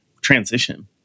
transition